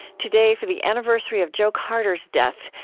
today, for the anniversary of joe carter's death,